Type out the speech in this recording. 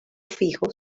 fijo